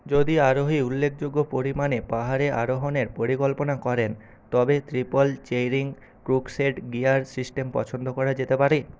যদি আরোহী উল্লেখযোগ্য পরিমাণে পাহাড়ে আরোহণের পরিকল্পনা করেন তবে triple chaining crusade gear system পছন্দ করা যেতে পারে